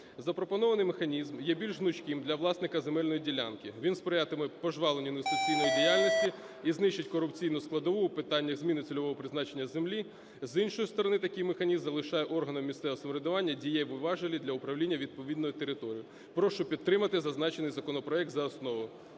Запропонований механізм є більш гнучким для власника земельної ділянки. Він сприятиме пожвавленню інвестиційної діяльності і знищить корупційну складову у питаннях зміни цільового призначення землі. З іншої сторони, такий механізм залишає органам місцевого самоврядування дієві важелі для управління відповідною територію. Прошу підтримати зазначений законопроект за основу.